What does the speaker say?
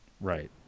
Right